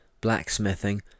blacksmithing